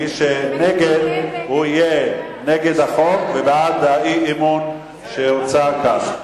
מי שנגד, יהיה נגד החוק ובעד האי-אמון שהוצע כאן.